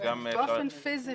באופן פיזי,